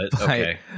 Okay